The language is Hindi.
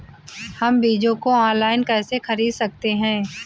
हम बीजों को ऑनलाइन कैसे खरीद सकते हैं?